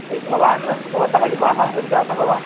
तर्हि भवान् भवतः विवाहः सञ्जातः वा